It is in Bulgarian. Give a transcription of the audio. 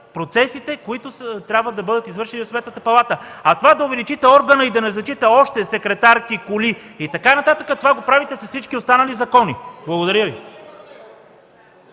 които трябва да бъдат извършени в Сметната палата?! А това да увеличите органа и да назначите още секретарки, коли и така нататък – това го правите с всички останали закони! Благодаря Ви.